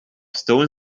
stone